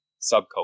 subculture